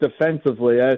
defensively